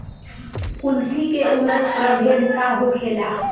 कुलथी के उन्नत प्रभेद का होखेला?